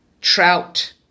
trout